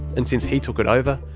and since he took it over,